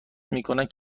میکنند